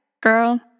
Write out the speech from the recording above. Girl